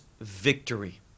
victory